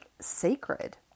sacred